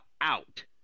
out